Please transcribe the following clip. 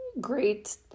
great